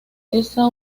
esta